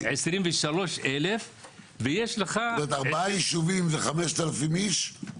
23,000. כלומר ארבעה ישובים זה 5,000 איש,